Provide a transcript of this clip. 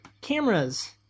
cameras